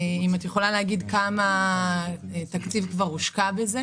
אם את יכולה להגיד כמה תקציב כבר הושקע בזה,